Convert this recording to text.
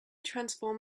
transform